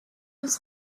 was